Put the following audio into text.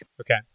Okay